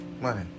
money